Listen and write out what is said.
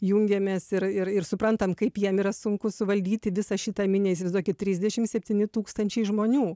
jungiamės ir ir ir suprantam kaip jiems yra sunku suvaldyti visą šitą minią įsivaizduokit trisdešim septyni tūkstančiai žmonių